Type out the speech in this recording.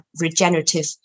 regenerative